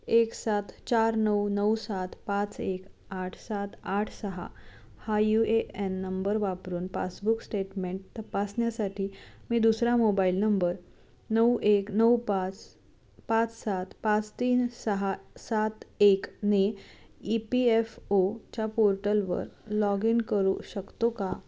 एक सात चार नऊ नऊ सात पाच एक आठ सात आठ सहा हा यू ए एन नंबर वापरून पासबुक स्टेटमेंट तपासण्यासाठी मी दुसरा मोबाईल नंबर नऊ एक नऊ पाच पाच सात पाच तीन सहा सात एकने ई पी एफ ओच्या पोर्टलवर लॉग इन करू शकतो का